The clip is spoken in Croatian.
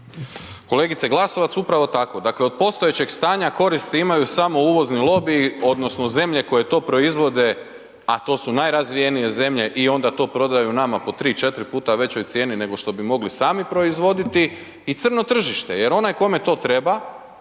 Kolegica Glasovac, upravo tako, dakle, od postojećeg stanja, koristi imaju samo uvozni lobiji, odnosno, zemlje koje to proizvode, a to su najrazvijenije zemlje i onda to prodaju nama po 3, 4 puta većoj cijeni nego što bi mogli sami proizvoditi i crno tržište. Jer onaj kome to treba,